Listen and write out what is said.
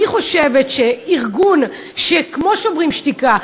אני חושבת שארגון כמו "שוברים שתיקה",